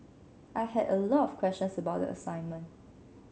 I had a lot of questions about the assignment